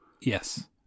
Yes